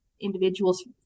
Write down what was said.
individuals